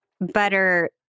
butter